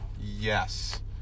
Yes